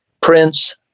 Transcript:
Prince